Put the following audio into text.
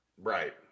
Right